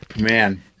man